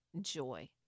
joy